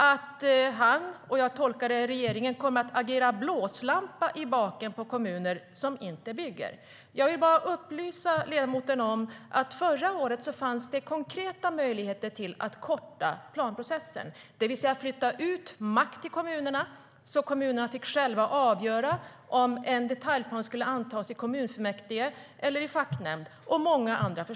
Han sa att han - jag tolkar det som regeringen - kommer att agera "blåslampa i baken på kommuner som inte bygger".Jag vill bara upplysa ledamoten om att förra året fanns det konkreta möjligheter att korta planprocessen, det vill säga att flytta ut makt till kommunerna så att kommunerna själva får avgöra om en detaljplan ska antas i kommunfullmäktige eller i facknämnd.